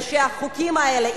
והחוקים האלה,